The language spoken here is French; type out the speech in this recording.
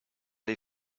les